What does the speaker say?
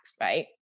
right